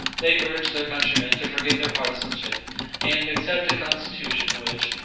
they urged their countrymen to forget their partisanship and accept a constitution which,